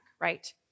right